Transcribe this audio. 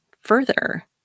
further